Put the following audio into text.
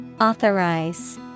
Authorize